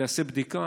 תיעשה בדיקה.